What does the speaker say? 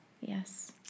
yes